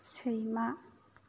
सैमा